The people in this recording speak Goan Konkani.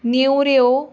नेवऱ्यो